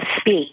speak